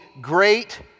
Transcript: great